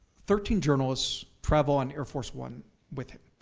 thirteen journalists travel on air force one with him.